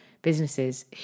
Businesses